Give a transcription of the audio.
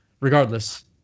Regardless